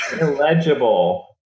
illegible